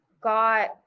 got